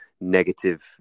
negative